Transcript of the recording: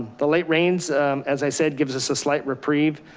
the late rains as i said, gives us a slight reprieve,